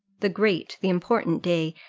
the great, the important day,